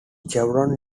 chevron